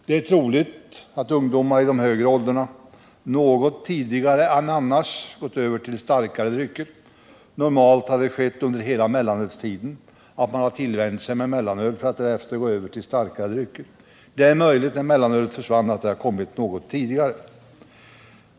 Det är troligt att ungdomar i de högre åldrarna något tidigare än annars gått över till starkare drycker — normalt har det skett under hela mellanölstiden att man vänjt sig vid mellanöl för att därefter gå över till starkare drycker. Det är möjligt att detta kommit något tidigare sedan mellanölet försvann.